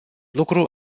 lucru